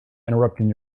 interrupting